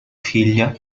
figlia